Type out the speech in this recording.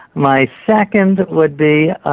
my second would be,